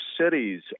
cities